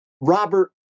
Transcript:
Robert